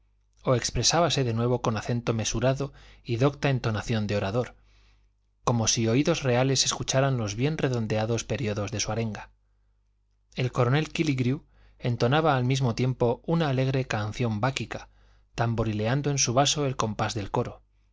o expresábase de nuevo con acento mesurado y docta entonación de orador como si oídos reales escucharan los bien redondeados períodos de su arenga el coronel kílligrew entonaba al mismo tiempo una alegre canción báquica tamborileando en su vaso el compás del coro